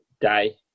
day